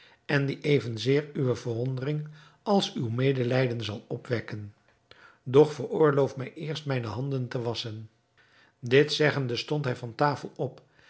en die evenzeer uwe verwondering als uw medelijden zal opwekken doch veroorloof mij eerst mijne handen te wasschen dit zeggende stond hij van tafel op